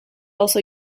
also